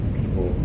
people